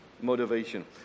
motivation